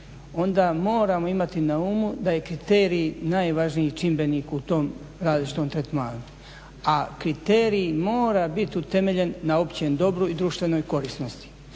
onda moramo imati na umu da je kriterij najvažniji čimbenik u tom različitom tretmanu, a kriterij mora biti utemeljen na općem dobru i društvenoj korisnosti.